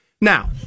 Now